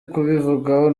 kubivugaho